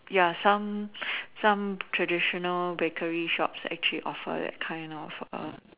ya some some traditional bakery shops actually offer that kind of err